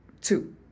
two